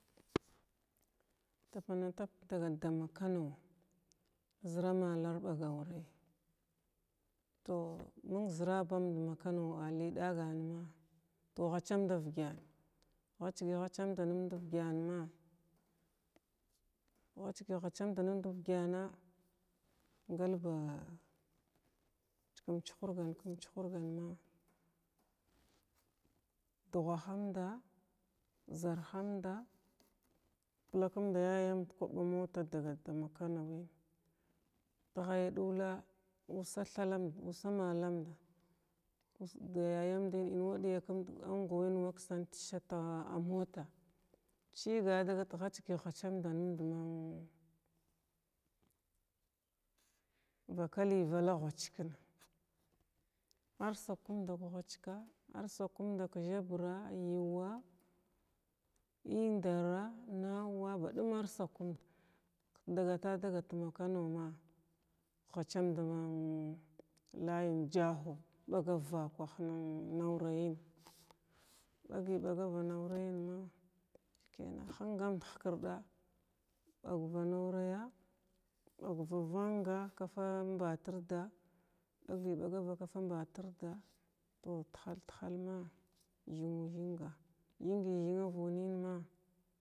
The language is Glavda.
Tapanatap ka dagal dn ma kano zəra malar ɓaga auray tow məng zəraband ma kano ali dagan ma tow gha chand vgyan lachi hachamd nəmd argyanma, hachgy hachand nəmɗa avgyan galba kum chuhurgan, kum chuhurgan ma duhamda, zarhamda lakumd ka yayanda ka kwaɓa muta dagal da ma kano wən t-ghaya ɗulla ussa th land, ussa malanda kus ba tayandən inwa ɗuja kumda anguwən wa ksant ka sətala muta chigan lagat hachgya hachmd məng vaka ləy vallə ghwachkən ar sugkumda k ghwachka, ar sugkumda ka zabra, yuwa, indara nawa badum ar sugkumda dagat dagat da ma kano hachamd man layən jahau bagar vakwah nən na awrayən bagi bagava na awrayən ma həngamd hkirɗa, bagva na awaraya bagva vanga, kaan mba tirda bagi bagava mba tirda tow t-hal-t-hal ma thnu thinga, thingi thingava nən ma.